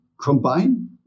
combine